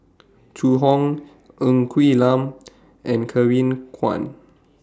Zhu Hong Ng Quee Lam and Kevin Kwan